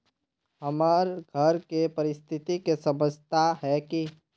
हमर घर के परिस्थिति के समझता है की?